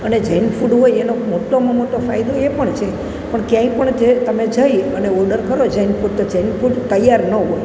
અને જૈન ફૂડ હોય એનો મોટામાં મોટો ફાયદો એ પણ છે પણ ક્યાંય પણ જે તમે જઈ અને ઓડર કરો જૈન ફૂડ તો જૈન ફૂડ તૈયાર ન હોય